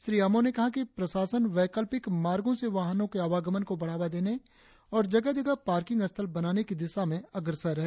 श्री आमो ने कहा कि प्रशासन वैकल्पिक मार्गों से वाहनों के आवागमन को बढ़ावा देने और जगह जगह पार्किंग स्थल बनाने की दिशा में अग्रसर है